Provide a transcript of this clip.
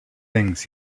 things